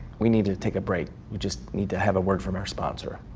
we need to take a break. we just need to have a word from our sponsor.